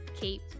keep